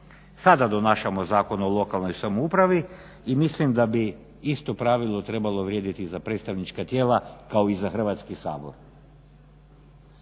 Sada donosimo Zakon o lokalnoj samoupravi i mislim da bi isto pravilo trebalo vrijediti i za predstavnička tijela kao i za Hrvatski sabor.